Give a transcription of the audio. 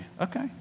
okay